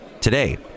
today